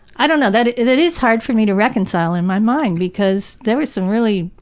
i don't know. that that is hard for me to reconcile in my mind because there were some really,